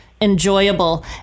Enjoyable